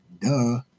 duh